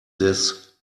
des